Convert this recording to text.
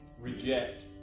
reject